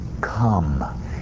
Come